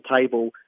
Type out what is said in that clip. table